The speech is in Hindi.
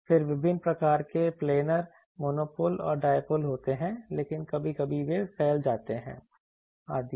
फिर विभिन्न प्रकार के प्लेनर मोनोपोल और डायपोल होते हैं लेकिन कभी कभी वे फैल जाते हैं आदि